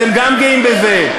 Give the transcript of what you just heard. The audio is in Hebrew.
אתם גם גאים בזה.